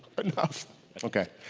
but enough okay.